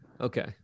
Okay